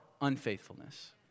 unfaithfulness